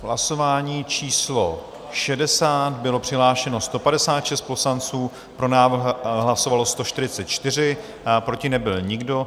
Hlasování číslo 60, bylo přihlášeno 156 poslanců, pro návrh hlasovalo 144, proti nebyl nikdo.